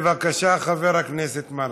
בבקשה, חבר הכנסת מרגי.